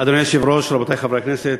אדוני היושב-ראש, רבותי חברי הכנסת,